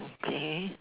okay